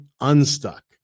unstuck